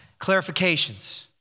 Clarifications